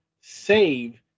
save